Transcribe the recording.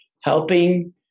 helping